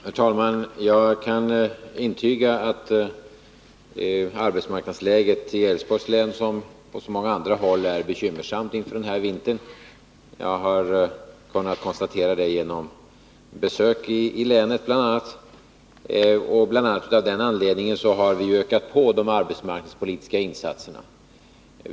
Herr talman! Jag kan intyga att arbetsmarknadsläget i Älvsborgs län som på många andra håll är bekymmersamt inför den här vintern — det har jag kunnat konstatera bl.a. genom besök i länet — och vi har därför ökat på de arbetsmarknadspolitiska insatserna.